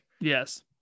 Yes